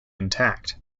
intact